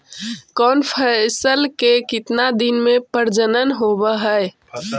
कौन फैसल के कितना दिन मे परजनन होब हय?